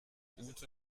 ute